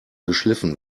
geschliffen